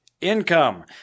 Income